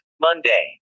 Monday